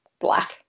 black